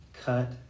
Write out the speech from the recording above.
cut